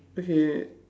okay